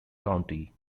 county